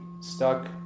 stuck